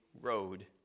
road